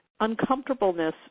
uncomfortableness